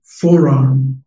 forearm